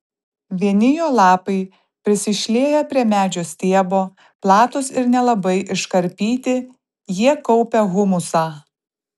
vieni jo lapai prisišlieję prie medžio stiebo platūs ir nelabai iškarpyti jie kaupia humusą